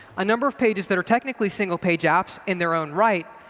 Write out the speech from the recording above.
a number of pages that are technically single-page apps in their own right.